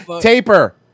taper